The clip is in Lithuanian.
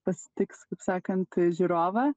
pasitiks kaip sakant žiūrovą